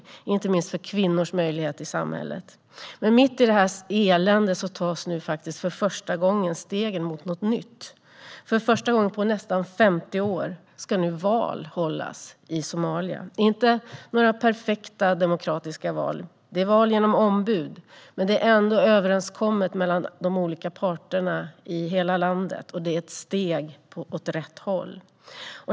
Det gäller inte minst kvinnors möjligheter i samhället. Men mitt i detta elände tas nu för första gången steg mot något nytt. För första gången på nästan 50 år ska val nu hållas i Somalia. Det är inte några perfekta demokratiska val; det handlar om val genom ombud. Men de olika parterna runt om i hela landet har dock kommit överens om detta, och det är ett steg åt rätt håll.